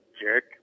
jerk